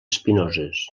espinoses